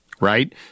right